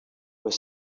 were